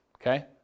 Okay